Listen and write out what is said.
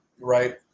right